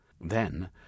Then